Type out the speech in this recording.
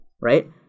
right